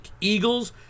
Eagles